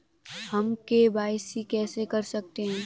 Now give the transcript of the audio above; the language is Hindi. हम के.वाई.सी कैसे कर सकते हैं?